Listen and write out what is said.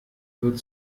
wird